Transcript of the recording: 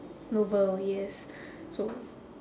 novel yes so